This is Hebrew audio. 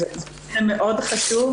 זה נושא מאוד חשוב